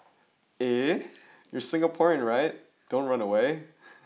eh you're Singaporean right don't run away